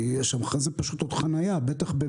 כי זו פשוט עוד חניה,